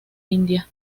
india